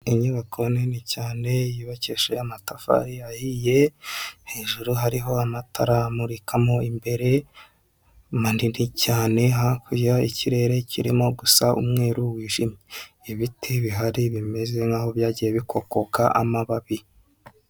Inyubako nini cyane yubakisha amatafari ahiye hejuru hariho amatara amurikamo imbere manini cyane hakirya ya ikirere kirimo gusa umweru wijimye ibiti bihari bimeze nkaho byagiye bikokoka amababi.